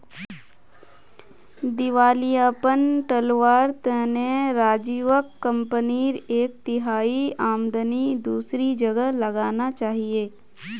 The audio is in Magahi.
दिवालियापन टलवार तने राजीवक कंपनीर एक तिहाई आमदनी दूसरी जगह लगाना चाहिए